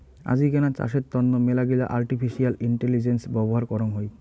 আজিকেনা চাষের তন্ন মেলাগিলা আর্টিফিশিয়াল ইন্টেলিজেন্স ব্যবহার করং হই